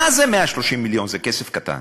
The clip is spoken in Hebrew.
מה זה 130 מיליון, זה כסף קטן.